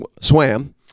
swam